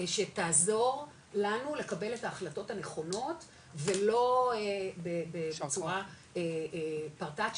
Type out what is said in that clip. שתעזור לנו לקבל את ההחלטות הנכונות ולא בצורה פרטצית.